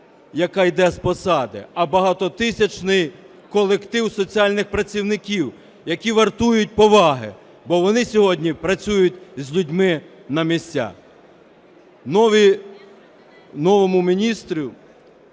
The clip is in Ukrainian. яка йде з посади, а багатотисячний колектив соціальних працівників, які вартують поваги, бо вони сьогодні працюють з людьми на місцях. Новому міністру